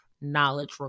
knowledge